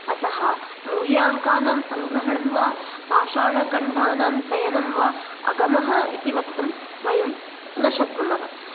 अतः मूल्याङ्कानां संग्रहणं वा पाषाणखण्डानां चयनं वा अगमः इति वक्तुं वयं न शक्नुमः